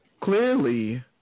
Clearly